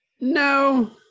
No